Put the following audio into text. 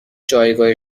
جایگاه